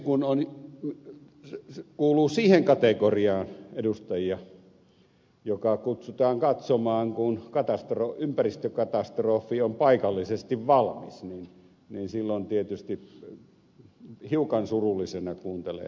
kun kuuluu siihen kategoriaan edustajia joka kutsutaan katsomaan kun ympäristökatastrofi on paikallisesti valmis niin silloin tietysti hiukan surullisena kuuntelee näitä puheenvuoroja